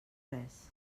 res